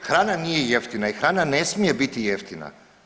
Hrana nije jeftina i hrana ne smije biti jeftina.